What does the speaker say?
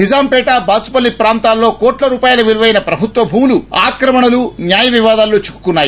నిజాంపేట బాచుపల్లి ప్రాంతాల్లో కోట్ల రూపాయల విలువైన ప్రభుత్వ భూములు ఆక్రమణలు న్యాయవివాదాల్లో చిక్కుకున్నాయి